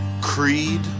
creed